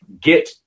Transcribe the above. get